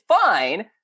fine